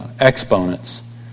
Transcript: exponents